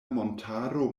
montaro